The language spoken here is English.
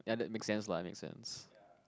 ya that makes sense lah make sense